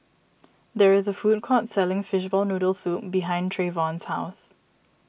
there is a food court selling Fishball Noodle Soup behind Treyvon's house